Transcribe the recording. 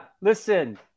listen